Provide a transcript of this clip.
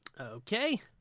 Okay